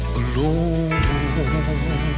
alone